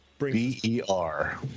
B-E-R